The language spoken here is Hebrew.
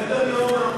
סדר-יום.